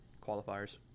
qualifiers